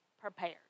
prepared